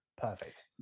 Perfect